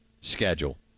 schedule